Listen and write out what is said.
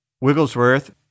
Wigglesworth